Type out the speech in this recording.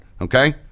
Okay